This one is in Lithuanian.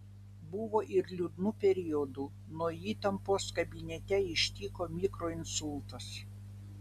buvo ir liūdnų periodų nuo įtampos kabinete ištiko mikroinsultas